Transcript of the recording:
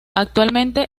actualmente